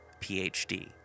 PhD